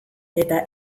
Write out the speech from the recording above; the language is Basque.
eta